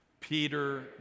Peter